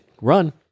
run